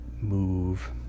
move